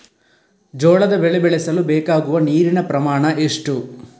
ಜೋಳದ ಬೆಳೆ ಬೆಳೆಸಲು ಬೇಕಾಗುವ ನೀರಿನ ಪ್ರಮಾಣ ಎಷ್ಟು?